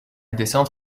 descente